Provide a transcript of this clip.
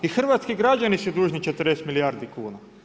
I hrvatski građani su dužni 40 milijardi kuna.